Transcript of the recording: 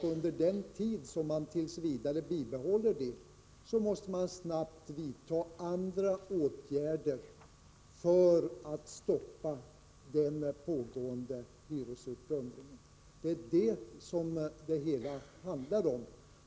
Under den tid som man t. v. bibehåller hyresstoppet måste man snabbt vidta andra åtgärder för att stoppa den pågående hyresutplundringen. Det är detta som det hela handlar om.